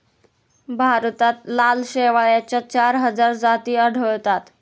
भारतात लाल शेवाळाच्या चार हजार जाती आढळतात